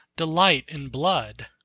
delight in blood?